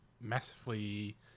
massively